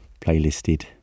playlisted